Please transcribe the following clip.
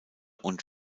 und